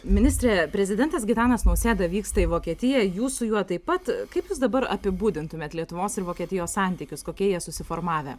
ministre prezidentas gitanas nausėda vyksta į vokietiją jūs su juo taip pat kaip jūs dabar apibūdintumėt lietuvos ir vokietijos santykius kokie jie susiformavę